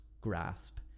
grasp